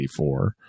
1984